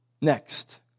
Next